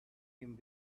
him